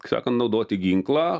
sakant naudoti ginklą